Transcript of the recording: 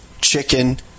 chicken